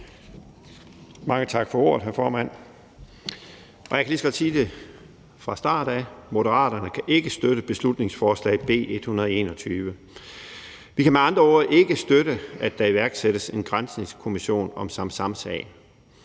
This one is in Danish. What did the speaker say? Mange tak for ordet, hr. formand. Jeg kan lige så godt sige det fra start af: Moderaterne kan ikke støtte beslutningsforslag nr. B 121. Vi kan med andre ord ikke støtte, at der iværksættes en granskningskommission om Samsamsagen.